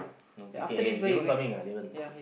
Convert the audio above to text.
no ticket eh Damon coming ah Damon